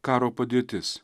karo padėtis